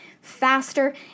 faster